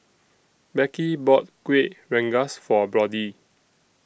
Becky bought Kuih Rengas For Brody